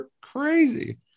crazy